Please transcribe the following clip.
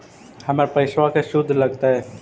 हमर पैसाबा के शुद्ध लगतै?